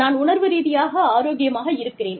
நான் உணர்வு ரீதியாக ஆரோக்கியமாக இருக்கிறேன்